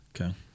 Okay